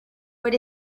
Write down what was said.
what